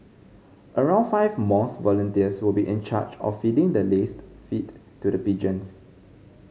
around five mosque volunteers will be in charge of feeding the laced feed to the pigeons